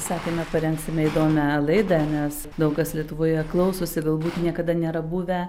sakėme parengsime įdomią laidą nes daug kas lietuvoje klausosi galbūt niekada nėra buvę